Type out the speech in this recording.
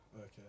Okay